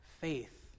faith